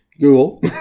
Google